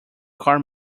car